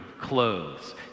clothes